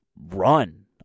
run